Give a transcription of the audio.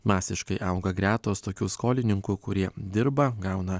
masiškai auga gretos tokių skolininkų kurie dirba gauna